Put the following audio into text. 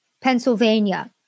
Pennsylvania